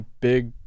big